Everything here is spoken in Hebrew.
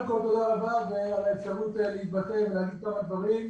על האפשרות להתבטא ולהגיד כמה דברים.